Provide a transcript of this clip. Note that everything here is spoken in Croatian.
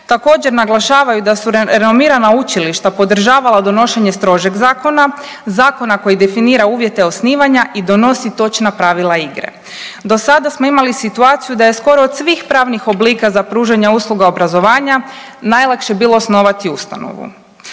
Također naglašavaju da su renomirana učilišta podržavala donošenje strožeg zakona, zakona koji definira uvjete osnivanja i donosi točna pravila igre. Do sada smo imali situaciju da je skoro od svih pravnih oblika za pružanje usluga obrazovanja najlakše bilo osnovati ustanovu.